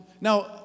Now